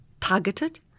targeted